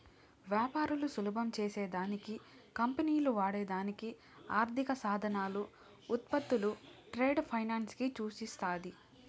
వ్యాపారాలు సులభం చేసే దానికి కంపెనీలు వాడే దానికి ఆర్థిక సాధనాలు, ఉత్పత్తులు ట్రేడ్ ఫైనాన్స్ ని సూచిస్తాది